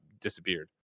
disappeared